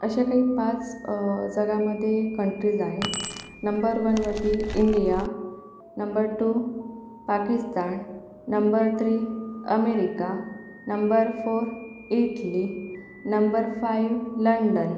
अशा काही पाच जगामध्ये कंट्रीज आहे नंबर वनवरती India number two Pakistan number three America number four Italy number five London